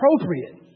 appropriate